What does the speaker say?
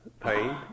pain